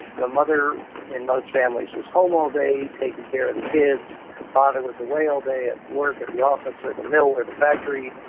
the mother in most families was home all day, taking care of the kids. the father was away all day at work, at the office or the mill or the factory,